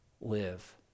live